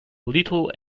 little